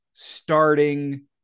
starting